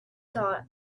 thought